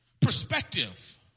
Perspective